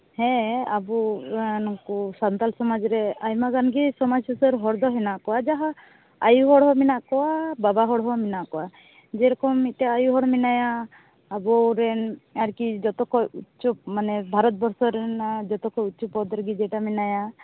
ᱦᱮᱸ ᱟᱵᱚ ᱱᱩᱠᱩ ᱥᱟᱱᱛᱟᱲ ᱥᱚᱢᱟᱡᱽ ᱨᱮ ᱟᱭᱢᱟᱜᱟᱱᱜᱮ ᱥᱚᱢᱟᱡᱽ ᱥᱩᱥᱟᱹᱨ ᱦᱚᱲ ᱫᱚ ᱦᱮᱱᱟᱜ ᱠᱚᱣᱟ ᱡᱟᱦᱟᱸ ᱟᱭᱩ ᱦᱚᱲ ᱦᱚᱸ ᱢᱮᱱᱟᱜ ᱠᱚᱣᱟ ᱵᱟᱵᱟ ᱦᱚᱲ ᱦᱚᱸ ᱢᱮᱱᱟᱜ ᱠᱚᱣᱟ ᱡᱮ ᱨᱚᱠᱚᱢ ᱢᱤᱫᱴᱮᱱ ᱟᱭᱩ ᱦᱚᱲ ᱢᱮᱱᱟᱭᱟ ᱟᱵᱚ ᱨᱮᱱ ᱟᱨᱠᱤ ᱡᱚᱛᱚ ᱠᱷᱚᱱ ᱩᱪᱪᱚ ᱢᱟᱱᱮ ᱵᱷᱟᱨᱚᱛ ᱵᱚᱨᱥᱚ ᱨᱮᱱᱟᱜ ᱡᱚᱛᱚ ᱠᱷᱚᱱ ᱩᱪᱪᱚ ᱯᱚᱫ ᱨᱮᱜᱮ ᱡᱮᱴᱟ ᱢᱮᱱᱟᱭᱟ